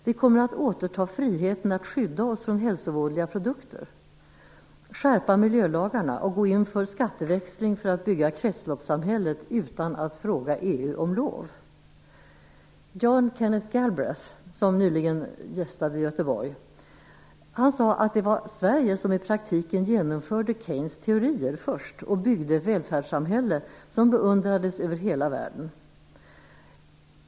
Vi kommer att återta friheten att skydda oss från hälsovådliga produkter, skärpa miljölagarna och gå in för skatteväxling för att bygga kretsloppssamhället utan att fråga EU om lov. J. Kenneth Galbraith, som nyligen gästade Göteborg, sade att det var Sverige som i praktiken genomförde Keynes teorier först och byggde ett välfärdssamhälle som beundrades över hela världen.